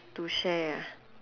to share ah